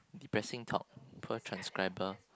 depressing talk poor transcriber